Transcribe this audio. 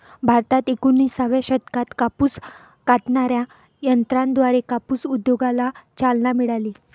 भारतात एकोणिसाव्या शतकात कापूस कातणाऱ्या यंत्राद्वारे कापूस उद्योगाला चालना मिळाली